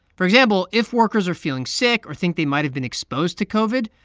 for example, if workers are feeling sick or think they might have been exposed to covid,